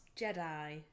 Jedi